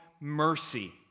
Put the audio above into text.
mercy